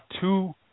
two